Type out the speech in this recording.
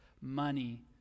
Money